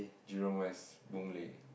Jurong-West Boon Lay